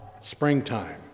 springtime